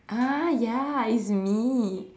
ah ya it's me